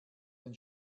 den